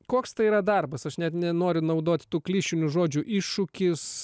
koks tai yra darbas aš net nenoriu naudot tų klišinių žodžių iššūkis